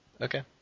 Okay